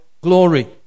glory